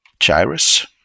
gyrus